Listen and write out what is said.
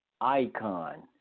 icon